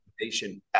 information